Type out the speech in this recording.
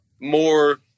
more